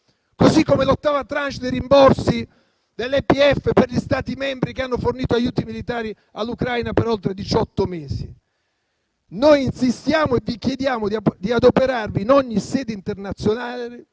vale per l'ottava *tranche* dei rimborsi dell'ETF per gli Stati membri che hanno fornito aiuti militari all'Ucraina per oltre diciotto mesi. Noi insistiamo e vi chiediamo di adoperarvi in ogni sede internazionale